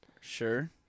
Sure